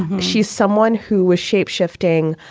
she's someone who was shapeshifting.